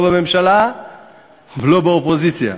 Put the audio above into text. לא בממשלה ולא באופוזיציה.